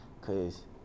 Cause